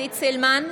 עידית סילמן,